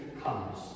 comes